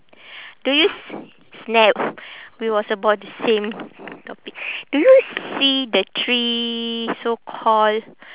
do you s~ we was about the same topic do you see the three so call